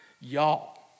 y'all